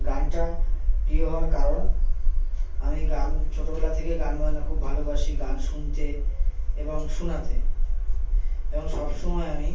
গানটা প্রিয় হওয়ার কারণ আমি গান ছোটোবেলা থেকে গান বাজনা খুব ভালোবাসি গান শুনতে এবং শোনাতে এবং সবসময় আমি